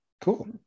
cool